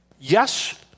yes